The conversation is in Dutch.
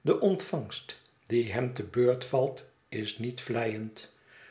de ontvangst die hem te beurt valt is niet vleiend